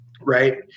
right